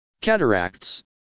Cataracts